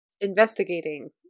investigating